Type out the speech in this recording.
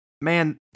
Man